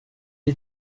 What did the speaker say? les